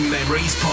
Memories